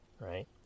right